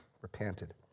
repented